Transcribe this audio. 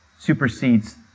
supersedes